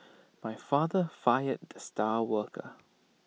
my father fired the star worker